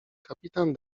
kapitan